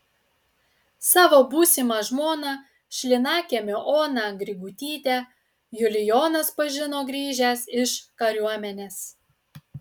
savo būsimą žmoną šlynakiemio oną grigutytę julijonas pažino grįžęs iš kariuomenės